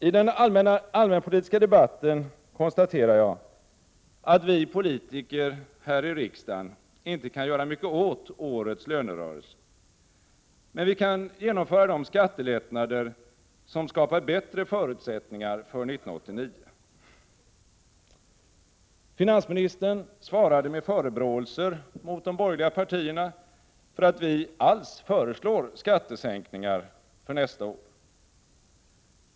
I den allmänpolitiska debatten konstaterade jag att vi politiker här i riksdagen inte kan göra mycket åt årets lönerörelse, men vi kan genomföra de skattelättnader som skapar bättre förutsättningar för 1989. Finansministern svarade med förebråelser mot de borgerliga partierna för att vi alls föreslår skattesänkningar för nästa år.